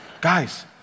Guys